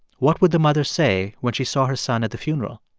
what would the mother say when she saw her son at the funeral?